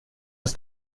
des